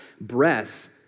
breath